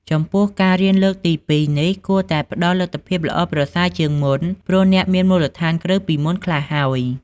ចំពោះ ការរៀនលើកទីពីរនេះ គួរតែផ្តល់លទ្ធផលល្អប្រសើរជាងមុន ព្រោះអ្នកមានមូលដ្ឋានគ្រឹះពីមុនខ្លះហើយ។